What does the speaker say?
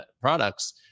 products